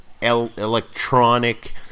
electronic